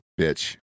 bitch